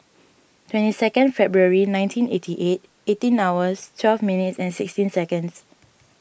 twenty second February nineteen eighty eight eighteen hours twelve minutes and sixteen seconds